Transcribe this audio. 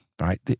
right